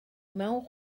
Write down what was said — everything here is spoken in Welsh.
mewn